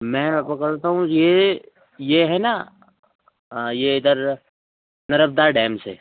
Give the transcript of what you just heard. मैं पकड़ता हूँ यह यह है ना यह इधर नर्मदा डैम से